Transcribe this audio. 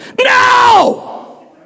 No